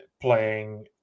playing